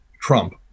Trump